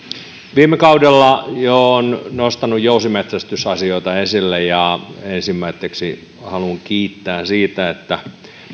viime kaudella olen jo nostanut jousimetsästysasioita esille ja ensimmäiseksi haluan kiittää siitä että